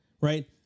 right